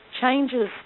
changes